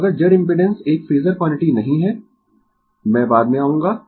तो अगर Z impedance एक फेजर क्वांटिटी नहीं है मैं बाद में आऊंगा